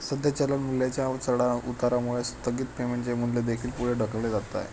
सध्या चलन मूल्याच्या चढउतारामुळे स्थगित पेमेंटचे मूल्य देखील पुढे ढकलले जात आहे